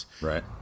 Right